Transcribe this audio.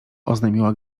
oznajmiła